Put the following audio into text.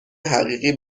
حقیقی